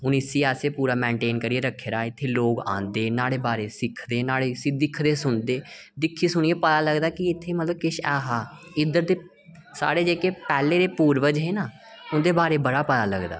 हून असें इसी पूरा मैंटेन करियै रक्खे दा इसी इत्थै कि लोक आंदे न्हाड़े बारै सिखदे न्हाड़े बारै दिखदे सुनदे दिक्खी सुनियै पता चलदा कि इत्थै किश ऐहा साढ़े जेह्के पैह्लें दे पूर्वज हे ना उंदे बारै च बड़ा पता लगदा